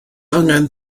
angen